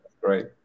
great